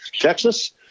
Texas